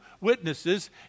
witnesses